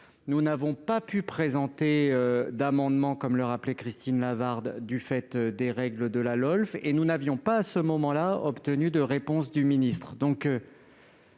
2020, n'ayant pas pu présenter d'amendements, comme le rappelait Christine Lavarde, du fait des règles de la LOLF. Nous n'avions pas non plus obtenu de réponse du ministre.